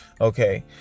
okay